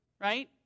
right